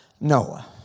Noah